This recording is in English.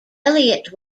eliot